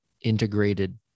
integrated